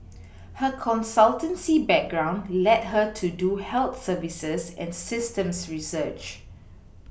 her consultancy background led her to do health services and systems research